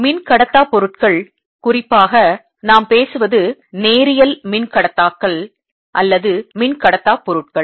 மின்கடத்தாப் பொருட்கள் குறிப்பாக நாம் பேசுவது நேரியல் மின்கடத்தாக்கள் அல்லது மின்கடத்தாப் பொருட்கள்